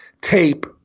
tape